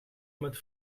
met